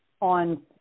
on